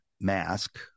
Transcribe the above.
mask